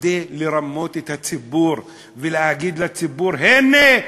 כדי לרמות את הציבור ולהגיד לציבור: הנה,